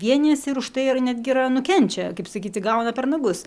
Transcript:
vienijasi ir už tai yra netgi yra nukenčia kaip sakyti gauna per nagus